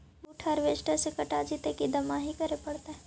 बुट हारबेसटर से कटा जितै कि दमाहि करे पडतै?